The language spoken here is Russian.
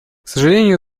сожалению